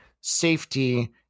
safety